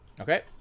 Okay